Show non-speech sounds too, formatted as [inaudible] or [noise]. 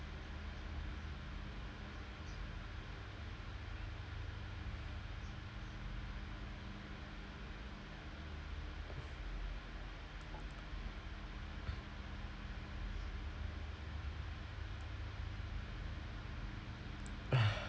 [noise]